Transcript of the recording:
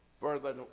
further